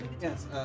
yes